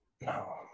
No